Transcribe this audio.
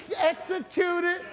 executed